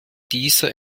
dieser